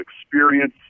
experience